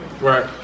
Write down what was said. Right